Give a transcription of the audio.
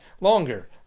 longer